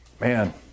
man